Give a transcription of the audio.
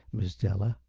miss della.